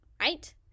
right